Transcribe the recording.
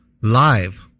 live